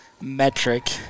metric